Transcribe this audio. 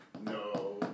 No